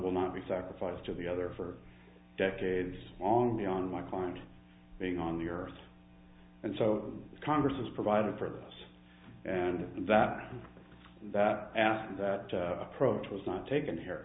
will not be sacrificed to the other for decades long beyond my client being on the earth and so the congress has provided for this and that that after that approach was not taken here